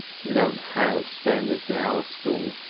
we don't have standards in our school!